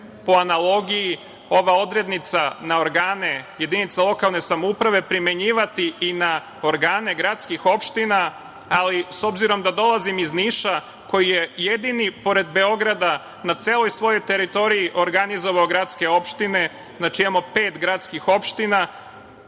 po analogiji ova odrednica na organe jedinice lokalne samouprave primenjivati i na organe gradskih opština, ali, s obzirom da dolazim iz Niša, koji je jedini, pored Beograda, na celoj svojoj teritoriji organizovao gradske opštine. Znači, imamo pet gradskih opština.